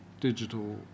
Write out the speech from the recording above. digital